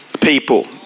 people